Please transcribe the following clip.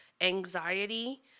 anxiety